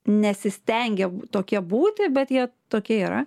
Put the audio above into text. nesistengia tokie būti bet jie tokie yra